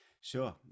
Sure